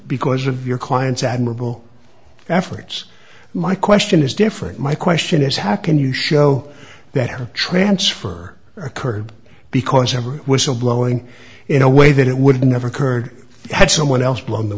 because of your client's admirable efforts my question is different my question is how can you show that transfer occurred because every whistle blowing in a way that it would never occurred had someone else blowing the